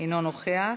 אינו נוכח.